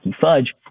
Fudge